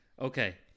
Okay